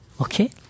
okay